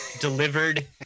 delivered